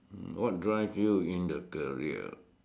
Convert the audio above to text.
what drive you in the barrier